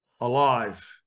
alive